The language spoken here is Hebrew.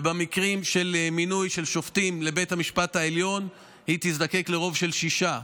ובמקרים של מינוי של שופטים לבית המשפט העליון היא תזדקק לרוב של שישה.